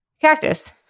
cactus